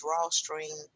drawstring